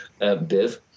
Biv